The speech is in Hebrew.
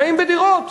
חיים בדירות.